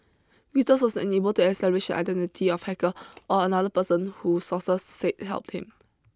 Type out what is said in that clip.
Reuters was unable to establish the identity of the hacker or another person who sources said helped him